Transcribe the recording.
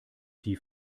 die